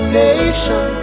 nation